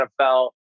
NFL